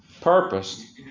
Purpose